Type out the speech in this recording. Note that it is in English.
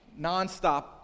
nonstop